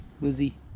Lizzie